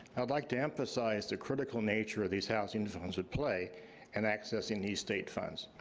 i'd like to emphasize the critical nature of these housing zones at play and accessing these state funds.